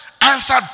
answered